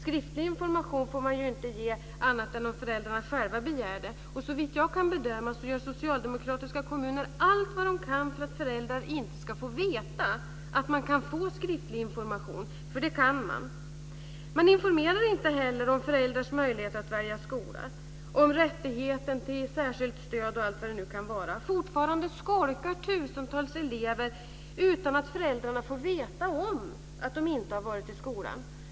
Skriftlig information får man ju inte ge annat än om föräldrarna själva begär det, och såvitt jag kan bedöma gör socialdemokratiska kommuner allt vad de kan för att föräldrar inte ska få veta att de kan få skriftlig information, för det kan de. Man informerar inte heller om föräldrars möjlighet att välja skola eller t.ex. om rätten till särskilt stöd. Fortfarande skolkar tusentals elever utan att föräldrarna får veta om att de inte har varit i skolan.